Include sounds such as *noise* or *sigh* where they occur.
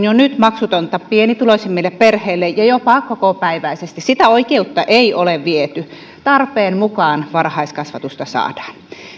*unintelligible* jo nyt maksutonta pienituloisimmille perheille ja jopa kokopäiväisesti sitä oikeutta ei ole viety tarpeen mukaan varhaiskasvatusta saadaan